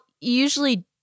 usually